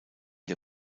der